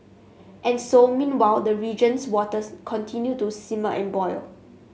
and so meanwhile the region's waters continue to simmer and boil